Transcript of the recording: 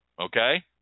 Okay